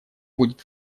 будет